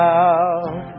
out